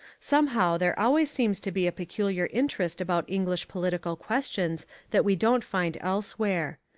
somehow there always seems to be a peculiar interest about english political questions that we don't find elsewhere.